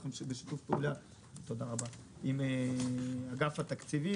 אנחנו בשיתוף פעולה עם אגף התקציבים